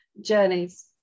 journeys